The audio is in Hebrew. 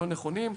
לא נכונים.